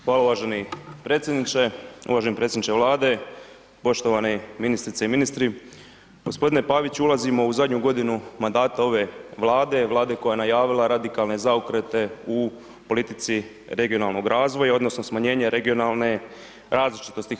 Hvala uvaženi predsjedniče, uvaženi predsjedniče Vlade, poštovani ministrice i ministri, g. Pavić, ulazimo u zadnju godinu mandata ove Vlade, Vlade koja je najavila radikalne zaokrete u politici regionalnog razvoja odnosno smanjenje regionalne različitosti RH.